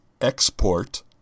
export